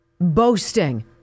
Boasting